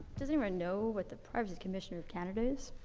does anyone know what the privacy commissioner of canada is?